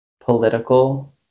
political